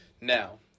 Now